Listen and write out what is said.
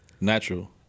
Natural